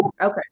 Okay